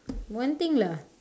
one thing lah